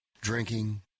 Drinking